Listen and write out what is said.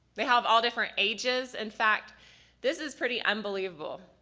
they have all different ages. in fact this is pretty unbelievable.